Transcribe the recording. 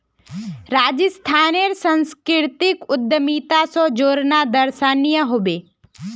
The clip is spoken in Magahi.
राजस्थानेर संस्कृतिक उद्यमिता स जोड़ना दर्शनीय ह बे